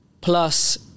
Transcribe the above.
plus